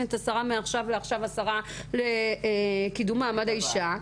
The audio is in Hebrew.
מעכשיו לעכשיו את השרה לקידום מעמד האישה.